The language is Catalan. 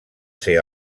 ser